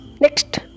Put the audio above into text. next